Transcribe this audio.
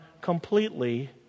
completely